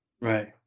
Right